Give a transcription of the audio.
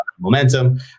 momentum